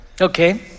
Okay